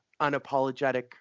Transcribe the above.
unapologetic